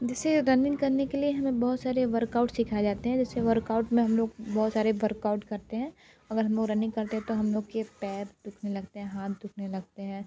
जैसे रनिंग करने के लिए हमें बहुत सारे वर्कआउट सिखाए जाते हैं जैसे वर्कआउट में हम लोग बहुत सारे वर्कआउट करते हैं अगर हम लोग रनिंग करते हैं तो हम लोग के पैर दु खने लगते हैं हाँथ दु खने लगते हैं